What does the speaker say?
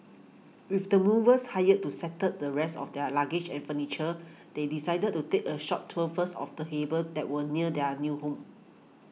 with the movers hired to settle the rest of their luggage and furniture they decided to take a short tour first of the harbour that was near their new home